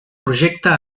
projecte